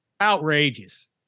Outrageous